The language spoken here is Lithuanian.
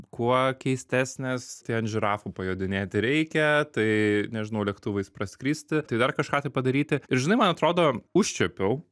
kuo keistesnės tai ant žirafų pajodinėti reikia tai nežinau lėktuvais praskristi tai dar kažką tai padaryti ir žinai man atrodo užčiuopiau